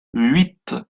huit